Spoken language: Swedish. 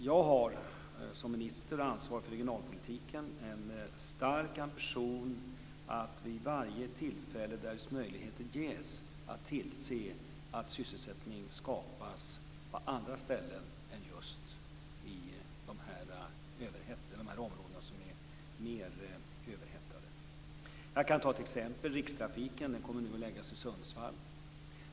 Jag har som minister med ansvar för regionalpolitiken en stark ambition att vid varje tillfälle där sådana möjligheter ges tillse att sysselsättning skapas på andra ställen än just i de områden som är mer överhettade. Jag kan som exempel nämna att Rikstrafiken nu kommer att förläggas till Sundsvall.